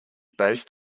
based